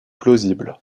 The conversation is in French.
plausible